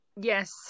Yes